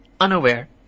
unaware